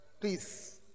please